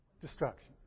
destruction